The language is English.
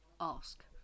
ask